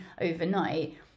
overnight